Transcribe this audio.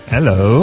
Hello